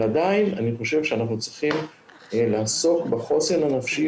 אבל עדיין אני חושב שאנחנו צריכים לעסוק בחוסן הנפשי